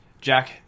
Jack